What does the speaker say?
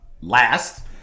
last